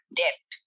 debt